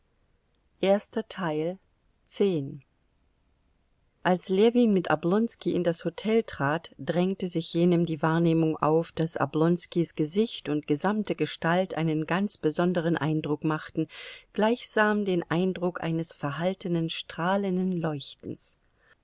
als ljewin mit oblonski in das hotel trat drängte sich jenem die wahrnehmung auf daß oblonskis gesicht und gesamte gestalt einen ganz besonderen eindruck machten gleichsam den eindruck eines verhaltenen strahlenden leuchtens